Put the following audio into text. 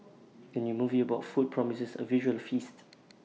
the new movie about food promises A visual feast